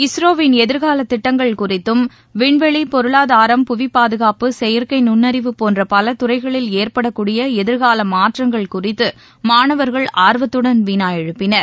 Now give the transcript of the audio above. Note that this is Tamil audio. இஸ்ரோவின் எதிர்கால திட்டங்கள் குறித்தும் விண்வெளி பொருளாதாரம் புவி பாதுகாப்பு செயற்கை நுண்ணறிவு போன்ற பல துறைகளில் ஏற்படக்கூடிய எதிர்கால மாற்றங்கள் குறித்து மாணவர்கள் ஆர்வத்துடன் வினா எழுப்பினர்